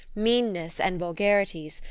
meannesses and vulgarities,